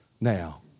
now